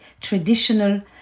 traditional